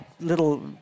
little